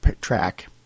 track